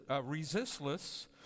resistless